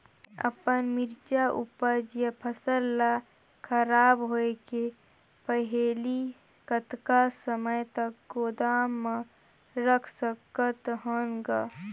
मैं अपन मिरचा ऊपज या फसल ला खराब होय के पहेली कतका समय तक गोदाम म रख सकथ हान ग?